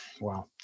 wow